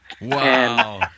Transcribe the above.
Wow